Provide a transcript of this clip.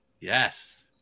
Yes